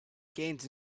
gains